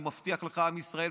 אני מבטיח לך שעם ישראל,